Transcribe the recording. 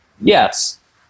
Yes